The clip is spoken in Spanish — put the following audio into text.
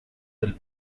del